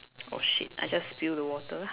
oh shit I just spilled the water